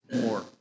more